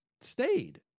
stayed